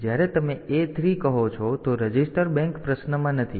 તેથી જ્યારે તમે A3 કહો છો તો રજિસ્ટર બેંક પ્રશ્નમાં નથી